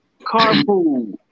Carpool